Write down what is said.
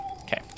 Okay